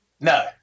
No